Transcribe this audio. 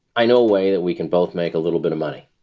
i know a way that we can both make a little bit of money.